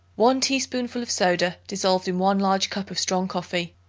one teaspoonful of soda dissolved in one large cup of strong coffee,